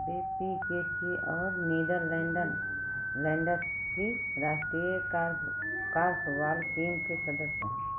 वे P K C और Netherlands की राष्ट्रीय कॉर्फ कॉर्फबॉल टीम के सदस्य हैं